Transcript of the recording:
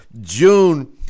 June